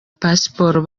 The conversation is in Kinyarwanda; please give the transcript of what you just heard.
pasiporo